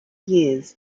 years